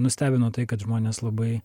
nustebino tai kad žmonės labai